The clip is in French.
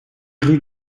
rue